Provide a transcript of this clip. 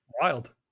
wild